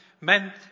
meant